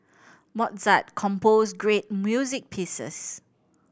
mozart composed great music pieces